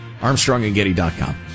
Armstrongandgetty.com